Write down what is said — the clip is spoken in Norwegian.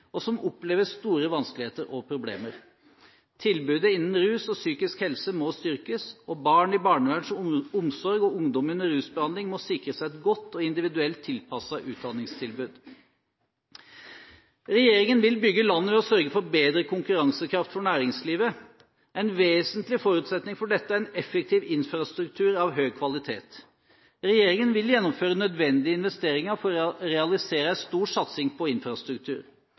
og som opplever store vanskeligheter og problemer. Tilbudet innen rus og psykisk helse må styrkes, og barn i barnevernets omsorg og ungdom under rusbehandling må sikres et godt og individuelt tilpasset utdanningstilbud. Regjeringen vil bygge landet ved å sørge for bedre konkurransekraft for næringslivet. En vesentlig forutsetning for dette er en effektiv infrastruktur av høy kvalitet. Regjeringen vil gjennomføre nødvendige investeringer for å realisere en stor satsing på infrastruktur.